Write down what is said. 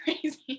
crazy